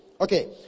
okay